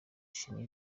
shekinah